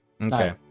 Okay